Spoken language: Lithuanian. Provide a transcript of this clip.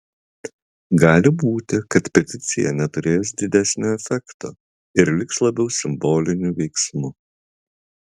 gali būti kad peticija neturės didesnio efekto ir liks labiau simboliniu veiksmu